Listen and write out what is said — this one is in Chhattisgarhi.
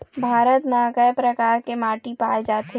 भारत म कय प्रकार के माटी पाए जाथे?